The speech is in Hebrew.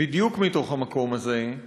בדיוק מתוך המקום הזה,